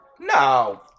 No